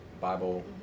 Bible